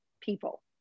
people